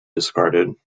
discarded